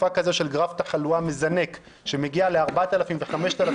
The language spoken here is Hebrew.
בתקופה כזאת של גרף תחלואה מזנק שמגיע ל-4,000 ו-5,000